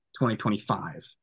2025